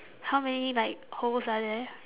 how many like holes are there